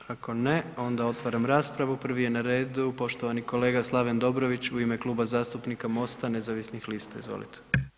Ako ne, onda otvaram raspravu, prvi je na redu poštovani kolega Slaven Dobrović u ime Kluba zastupnika MOST-a nezavisnih lista, izvolite.